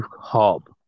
hub